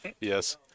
yes